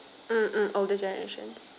mm mm older generations